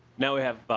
now we have.